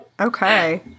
Okay